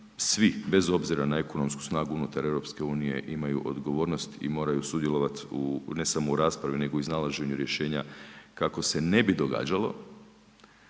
svi, bez obzira na ekonomsku snagu unutar EU imaju odgovornost i moraju sudjelovati ne samo u raspravi nego i iznalaženju rješenja kako se ne bi događalo